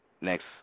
Next